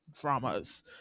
dramas